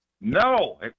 No